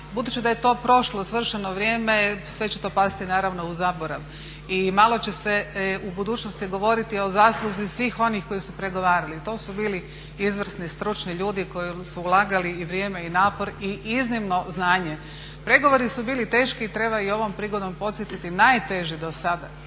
budući da je to prošlo svršeno vrijeme sve će to pasti naravno u zaborav i malo će se u budućnosti govoriti o zasluzi svih onih koji su pregovarali. To su bili izvrsni stručni ljudi koji su ulagali i vrijeme i napor i iznimno znanje. Pregovori su bili teški. Treba i ovom prigodom podsjetiti najteži do sada.